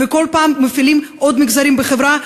וכל פעם מפעילים עוד מגזרים בחברה,